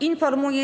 Informuję.